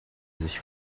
sich